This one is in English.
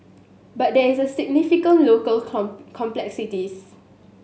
but there is significant local complexities